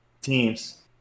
Teams